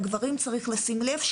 לגברים צריך לשים לב.